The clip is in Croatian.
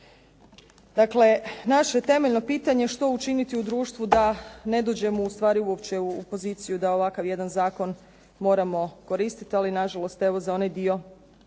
Dakle, naše temeljno pitanje što učiniti u društvu da ne dođemo ustvari u ovakvu poziciju da ovakav jedan zakon moramo koristiti. Ali nažalost za onaj dio